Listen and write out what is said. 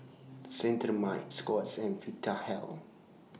Cetrimide Scott's and Vitahealth